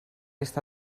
està